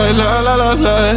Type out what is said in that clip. la-la-la-la